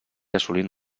assolint